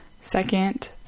second